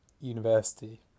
university